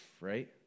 right